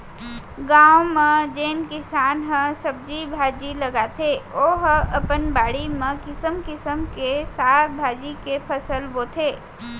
गाँव म जेन किसान ह सब्जी भाजी लगाथे ओ ह अपन बाड़ी म किसम किसम के साग भाजी के फसल बोथे